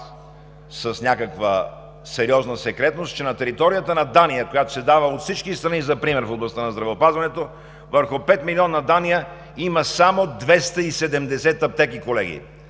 с някаква сериозна секретност, че на територията на Дания, която се дава от всички страни за пример в областта на здравеопазването, че върху 5 милиона Дания има само 270 аптеки, колеги,